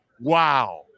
Wow